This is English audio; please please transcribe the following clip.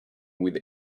with